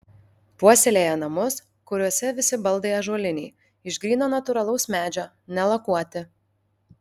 puoselėja namus kuriuose visi baldai ąžuoliniai iš gryno natūralaus medžio nelakuoti